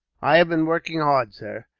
i have been working hard, sir,